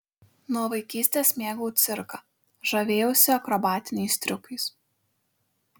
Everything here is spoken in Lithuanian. nuo vaikystės mėgau cirką žavėjausi akrobatiniais triukais